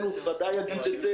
ועוברת,